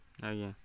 ଆଜ୍ଞା